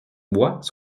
bois